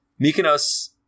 Mykonos –